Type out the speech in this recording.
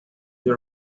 the